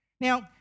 Now